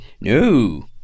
no